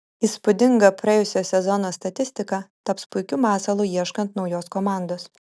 įspūdinga praėjusio sezono statistika taps puikiu masalu ieškant naujos komandos